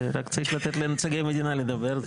רק צריך לתת לנציגי המדינה לדבר.